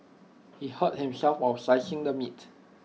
he hurt himself while slicing the meat